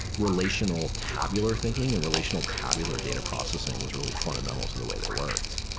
relational tabular thinking and relational tabular data processing was really fundamental to the way they worked.